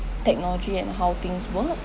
technology and how things work